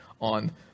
on